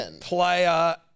player